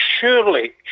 surely